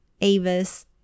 Avis